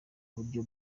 buryo